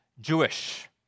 Jewish